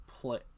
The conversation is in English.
play